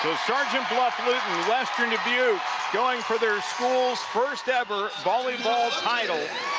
sergeant bluff-luton western dubuque going for their school's first ever volleyball title